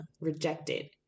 rejected